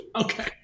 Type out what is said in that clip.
Okay